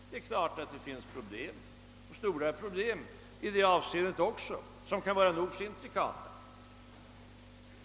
Det är klart att det också i det senare avseendet finns stora problem, som kan vara nog så intrikata.